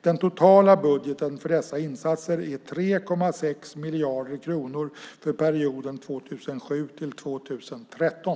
Den totala budgeten för dessa insatser är 3,6 miljarder kronor för perioden 2007-2013.